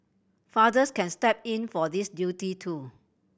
fathers can step in for this duty too